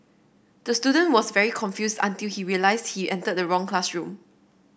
the student was very confused until he realised he entered the wrong classroom